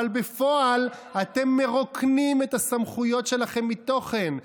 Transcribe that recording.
אבל בפועל אתם מרוקנים את הסמכויות שלכם מתוכן.